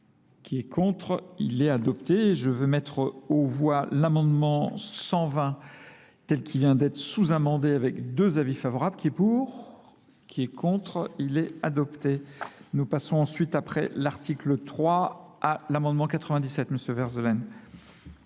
Qui est contre ? Il est adopté. Je veux mettre au voie l'amendement 120 tel qu'il vient d'être sous-amendé avec deux avis favorables. Qui est pour ? Qui est contre ? Il est adopté. Nous passons ensuite après l'article 3 à l'amendement 97, monsieur